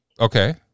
Okay